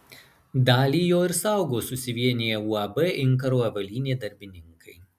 dalį jo ir saugo susivieniję uab inkaro avalynė darbininkai